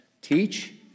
Teach